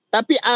Tapi